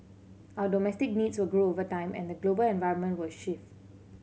our domestic needs will grow over time and the global environment will shift